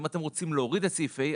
אם אתם רוצים להוריד את סעיף (ה),